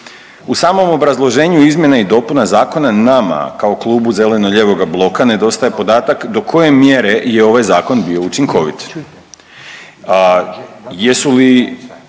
U samom obrazloženju izmjena i dopuna zakona nama kao klubu Zeleno-lijevoga bloka nedostaje podatak do koje mjere je ovaj zakon bio učinkovit.